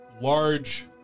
large